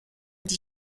die